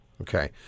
Okay